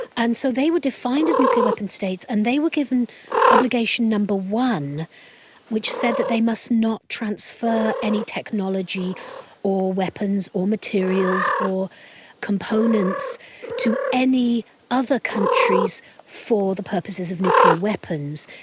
and so they were defined as nuclear weapon states and they were given obligation no. one which said that they must not transfer any technology or weapons or materials or components to any other countries for the purposes of nuclear weapons.